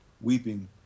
weeping